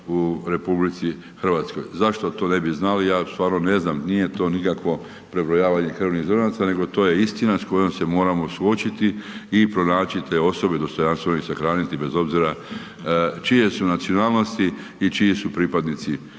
u RH. Zašto to ne bi znali? Ja stvarno ne znam, nije to nikakvo prebrojavanje krvnih zrnaca nego to je istina s kojom se moramo suočiti i pronaći te osobe, dostojanstveno ih sahraniti bez obzira čije su nacionalnosti i čiji su pripadnici